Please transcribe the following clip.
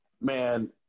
man